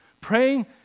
Praying